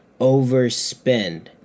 overspend